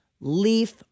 leaf